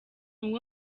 uwo